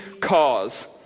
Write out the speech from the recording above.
cause